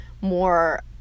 more